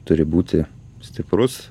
turi būti stiprus